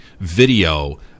video